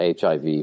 HIV